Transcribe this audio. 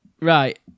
Right